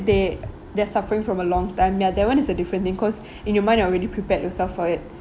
they they're suffering from a long time ya that one is a different thing cause in your mind you're already prepared yourself for it